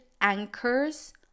anchors